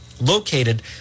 located